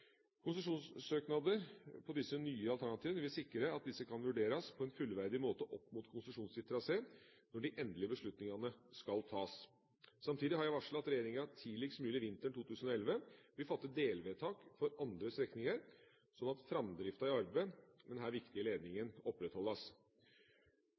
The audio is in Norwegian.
Konsesjonssøknader på disse nye alternativene vil sikre at disse kan vurderes på en fullverdig måte opp mot konsesjonsgitt trasé når de endelige beslutningene skal tas. Samtidig har jeg varslet at regjeringa tidligst mulig vinteren 2011 vil fatte delvedtak for andre strekninger, slik at framdriften i arbeidet med denne viktige ledningen